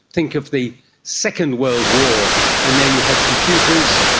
think of the second world war and there you had computers,